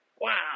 Wow